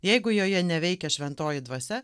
jeigu joje neveikia šventoji dvasia